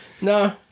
no